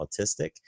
Autistic